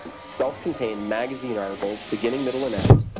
self-contained magazine articles, beginning, middle and end,